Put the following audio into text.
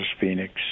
Phoenix